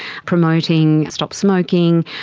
promoting stop smoking,